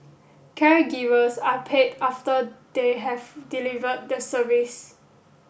caregivers are paid after they have delivered the service